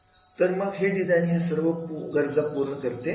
German हे design ह्या सर्व गरजा पूर्ण करते